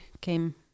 came